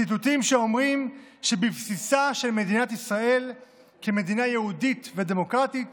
ציטוטים שאומרים שבבסיסה של מדינת ישראל כמדינה יהודית ודמוקרטית